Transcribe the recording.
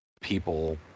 people